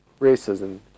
racism